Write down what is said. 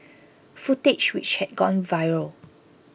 footage which had gone viral